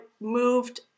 moved